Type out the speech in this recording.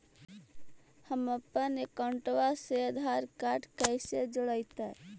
हमपन अकाउँटवा से आधार कार्ड से कइसे जोडैतै?